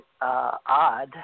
odd